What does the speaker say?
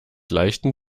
leichten